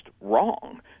wrong